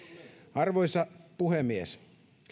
arvoisa puhemies